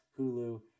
Hulu